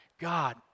God